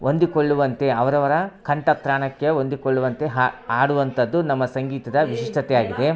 ಹೊಂದಿಕೊಳ್ಳುವಂತೆ ಅವರವರ ಕಂಠ ತ್ರಾಣಕ್ಕೆ ಹೊಂದಿಕೊಳ್ಳುವಂತೆ ಹಾಡುವಂಥದು ನಮ್ಮ ಸಂಗೀತದ ವಿಶಿಷ್ಟತೆ ಆಗಿದೆ